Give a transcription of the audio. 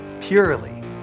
purely